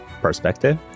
perspective